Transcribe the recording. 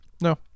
No